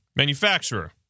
manufacturer